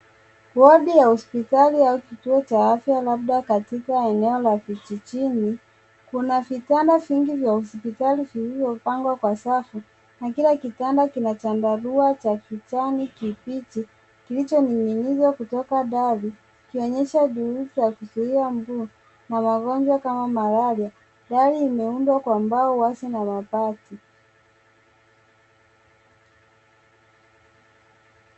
Wodi ya hospitali au kituo cha afya labda katika eneo la kijijini. Kuna vitanda vingi vya hospitali vilivyopangwa kwa safu, na kila kitanda kina chandarua cha kijani kibichi kilichining'inizwa kutoka dari kikionyesha mbinu za kuzuia mbu na magonjwa kama malaria. dari imeundwa kwa mbao wazi na mabati.